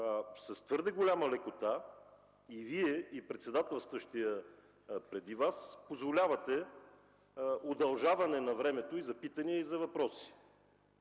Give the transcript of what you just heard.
с твърде голяма лекота и Вие, и председателстващият преди Вас, позволявате удължаване на времето за питания и за въпроси